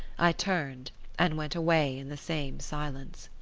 i turned and went away in the same silence.